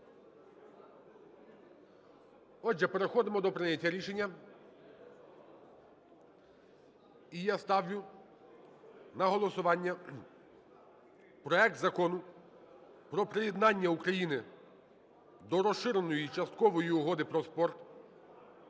Отже, переходимо до прийняття рішення. І я ставлю на голосування проект Закону про приєднання України до Розширеної часткової угоди про спорт